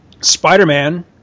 Spider-Man